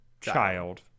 child